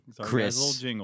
Chris